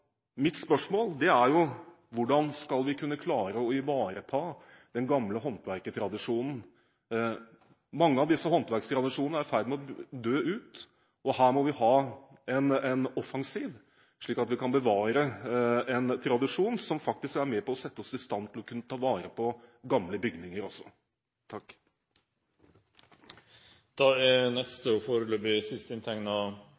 mitt spørsmål er: Hvordan skal vi kunne klare å ivareta den gamle håndverkstradisjonen? Mange av disse håndverkstradisjonene er i ferd med å dø ut. Her må vi ha en offensiv, slik at vi kan bevare en tradisjon som faktisk er med på å sette oss i stand til å kunne ta vare på gamle bygninger også. Det er